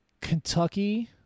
Kentucky